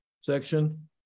section